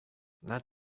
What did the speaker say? that